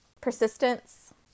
Persistence